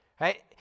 Right